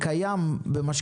ויותר קל לקחת הלוואה במקום